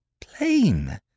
plain